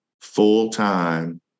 full-time